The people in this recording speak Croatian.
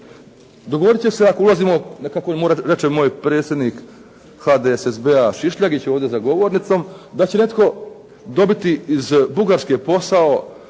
Dogoditi će se ako ulazimo, kako reče moj predsjednik HDSSB-a Šišljagić ovdje za govornicom, da će netko dobiti iz Bugarske posao